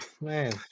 Man